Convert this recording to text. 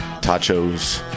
tachos